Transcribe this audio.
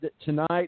tonight